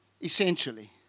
essentially